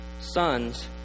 Sons